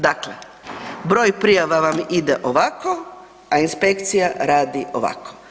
Dakle, broj prijava vam ide ovako, a inspekcija radi ovako.